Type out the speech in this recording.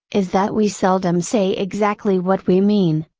is that we seldom say exactly what we mean,